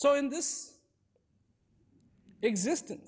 so in this existence